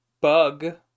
bug